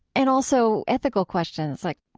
and also ethical questions like,